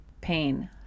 pain